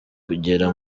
kugera